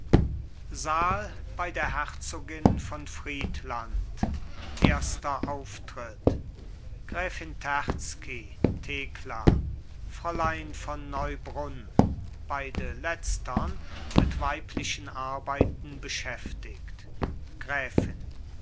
saal bei der herzogin von friedland erster auftritt gräfin terzky thekla fräulein von neubrunn beide letztern mit weiblichen arbeiten beschäftigt gräfin